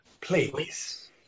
please